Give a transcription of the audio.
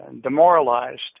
demoralized